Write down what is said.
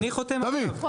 אני חותם עכשיו.